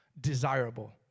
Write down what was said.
desirable